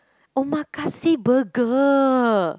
Omakase burger